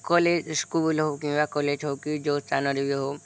college school ହଉ କିମ୍ବା college ହଉ କି ଯେଉଁ ସ୍ଥାନରେ ବି ହଉ